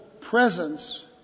presence